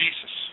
Jesus